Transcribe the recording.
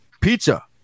pizza